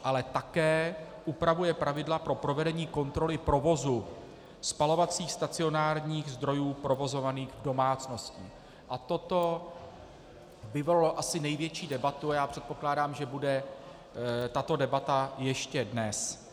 Upravuje ale také pravidla pro provedení kontroly provozu spalovacích stacionárních zdrojů provozovaných domácností a toto vyvolalo asi největší debatu a já předpokládám, že bude tato debata ještě dnes.